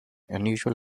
unusual